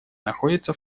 находятся